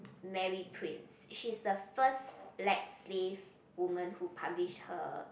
Mary Prince she's the first black slave woman who publish her